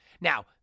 Now